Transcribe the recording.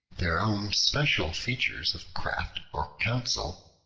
their own special features of craft or counsel,